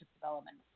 development